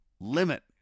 limit